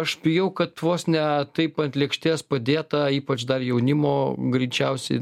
aš bijau kad vos ne taip ant lėkštės padėtą ypač dar jaunimo greičiausiai